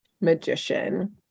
magician